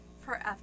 forever